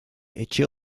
etxe